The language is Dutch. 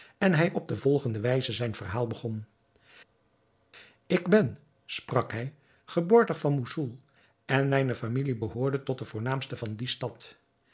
en hij op de volgende wijze zijn verhaal begon ik ben sprak hij geboortig van moussoul en mijne familie behoorde tot de voornaamste van die stad